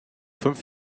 fünf